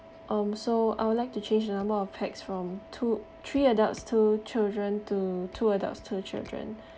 um so I would like to change the number of pax from two three adults two children to two adults two children